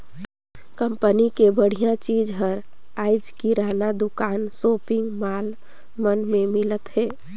company के बड़िहा चीज हर आयज किराना दुकान, सॉपिंग मॉल मन में मिलत हे